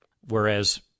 whereas